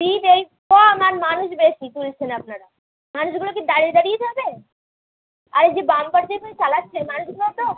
seat এই কম আর মানুষ বেশি তুলছেন আপনারা মানুষগুলো কি দাঁড়িয়ে দাঁড়িয়ে যাবে আর এই যে বাম্পার যে এখানে চালাচ্ছে মানুষগুলো তো